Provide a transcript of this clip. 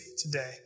today